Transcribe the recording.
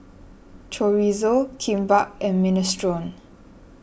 Chorizo Kimbap and Minestrone